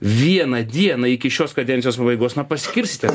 vieną dieną iki šios kadencijos pabaigos na paskirsite